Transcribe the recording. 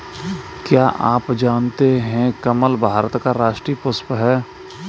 क्या आप जानते है कमल भारत का राष्ट्रीय पुष्प है?